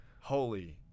holy